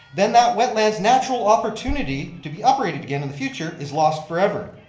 then that wetland's natural opportunity to be up rated again in the future is lost forever.